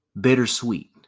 bittersweet